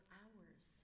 hours